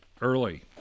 early